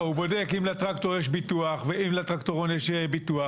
הוא בודק אם לטרקטורון יש ביטוח ואם לנהג יש רישיון.